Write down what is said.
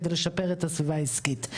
כדי לשפר את הסביבה העסקית.